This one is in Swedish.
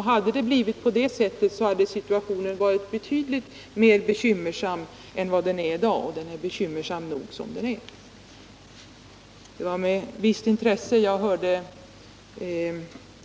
Hade det blivit på det sättet hade situationen i dag varit betydligt mer bekymmersam än den är, och den är bekymmersam nog som den är. Det var med visst intresse jag hörde